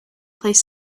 plays